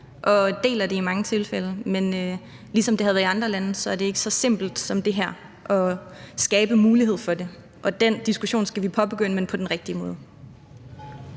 og deler det i mange tilfælde, men ligesom det gælder i andre lande, så er det ikke så simpelt som det her at skabe mulighed for det. Og den diskussion skal vi påbegynde, men på den rigtige måde.